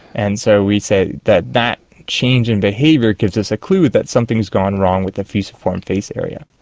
and so we say that that change in behaviour gives us a clue that something has gone wrong with the fusiform face area.